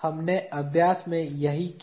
हमने अभ्यास में यही किया